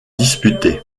disputés